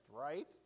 right